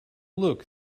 look